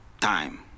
time